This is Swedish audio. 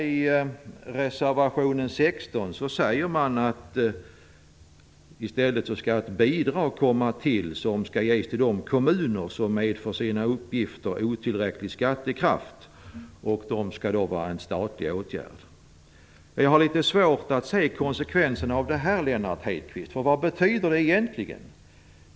I reservationen 16 säger man att i stället skall ett bidrag ges till kommuner med för sina uppgifter otillräcklig skattekraft, och det skall vara en statlig åtgärd. Jag har litet svårt att se konsekvenserna av detta, Lennart Hedquist. Vad betyder det egentligen?